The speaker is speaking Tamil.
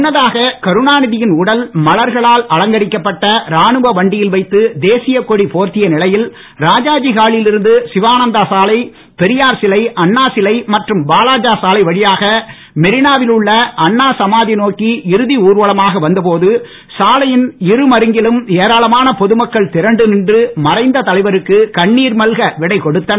முன்னதாக கருணாநிதியின் உடல் மலர்களால் அலங்கரிக்கப்பட்ட ராணுவ வண்டியில் வைத்து தேசியக்கொடி போர்த்திய நிலையில் ராஜாஜி ஹாலில் இருந்து சிவானந்தா சாலை பெரியார் சிலை அண்ணாசிலை மற்றும் வாலாஜா சாலை வழியாக மெரினாவில் உள்ள அண்ணாசமாதி நோக்கி இறுதி ஊர்வலமாக வந்த போது சாலையில் இருமருங்கிலும் ஏரானமான பொதுமக்கள் திரண்டு நின்று மறைந்த தலைவருக்கு கண்ணீர் மல்க விடை கொடுத்தனர்